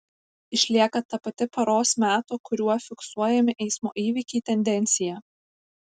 išlieka ta pati paros meto kuriuo fiksuojami eismo įvykiai tendencija